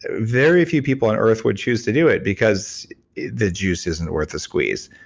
very few people on earth would choose to do it because the juice isn't worth the squeeze.